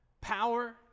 power